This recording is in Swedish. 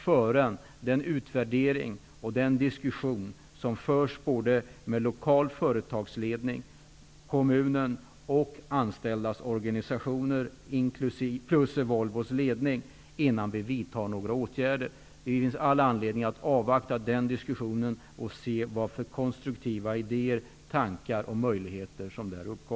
Vi avvaktar utvärderingen och resultatet av den diskussion som förs mellan den lokala företagsledningen, kommunen och de anställdas organisationer plus Volvos ledning. Det finns all anledning att vänta och se vilka konstruktiva idéer och tankar som där föds.